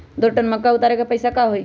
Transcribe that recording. दो टन मक्का उतारे के पैसा का होई?